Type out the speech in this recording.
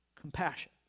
compassion